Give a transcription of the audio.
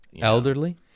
Elderly